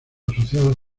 asociados